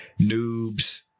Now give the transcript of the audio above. Noobs